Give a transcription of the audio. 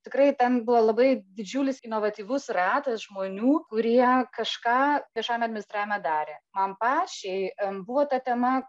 tikrai ten buvo labai didžiulis inovatyvus ratas žmonių kurie kažką viešajam administravime darė man pačiai e buvo ta tema